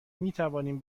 میتوانیم